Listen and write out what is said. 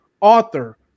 author